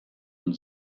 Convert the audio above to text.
und